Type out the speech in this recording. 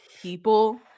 people